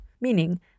meaning